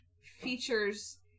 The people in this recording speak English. features